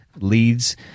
leads